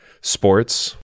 sports